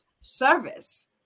service